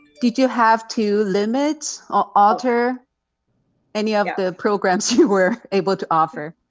did you have to limit or alter any of the programs you were able to offer?